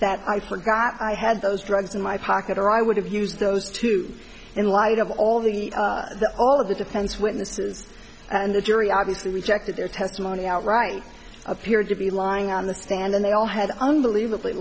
forgot i had those drugs in my pocket or i would have used those two in light of all the all of the defense witnesses and the jury obviously rejected their testimony outright appeared to be lying on the stand and they all had unbelievably